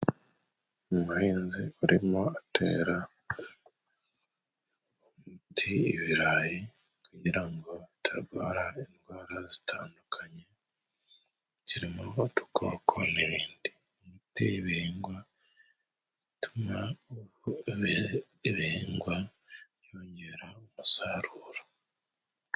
Umuhinzi urimo atera umuti ibirayi, kugira ngo bitarwara indwara zitandukanye ziririmo udukoko n'ibindi. Imiti y'ibihingwa ituma ibihingwa byongera umusaruro.